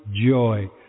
Joy